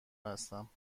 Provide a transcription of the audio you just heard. هستم